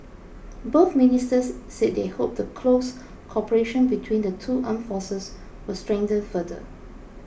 both ministers said they hoped the close cooperation between the two armed forces would strengthen further